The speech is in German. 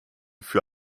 für